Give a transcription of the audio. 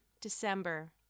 December